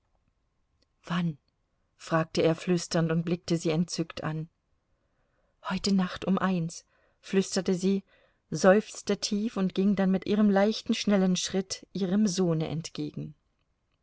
wann fragte er flüsternd und blickte sie entzückt an heute nacht um eins flüsterte sie seufzte tief und ging dann mit ihrem leichten schnellen schritt ihrem sohne entgegen